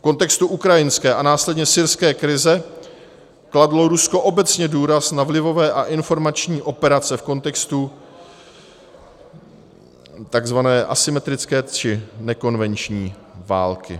V kontextu ukrajinské a následně syrské krize kladlo Rusko obecně důraz na vlivové a informační operace v kontextu takzvané asymetrické či nekonvenční války.